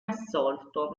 assolto